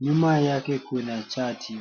nyuma yake kuna chati.